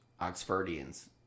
Oxfordians